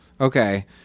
Okay